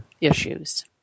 issues